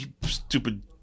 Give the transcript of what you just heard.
stupid